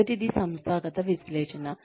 మొదటిది సంస్థాగత విశ్లేషణ